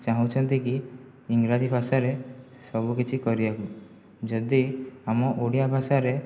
ଚାହୁଁଛନ୍ତି କି ଇଂରାଜୀ ଭାଷାରେ ସବୁକିଛି କରିବାକୁ ଯଦି ଆମ ଓଡ଼ିଆ ଭାଷାରେ